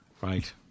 Right